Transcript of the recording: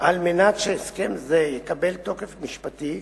על מנת שהסכם זה יקבל תוקף משפטי,